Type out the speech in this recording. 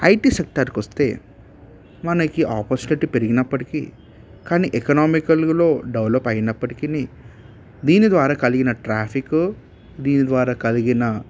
IT సెక్టారుకు వస్తే మనకి ఆపర్చునిటీ పెరిగినప్పటికి కానీ ఎకనామికల్లో డెవలప్ అయినప్పటికి దీని ద్వారా కలిగిన ట్రాఫికు దీని ద్వారా కలిగిన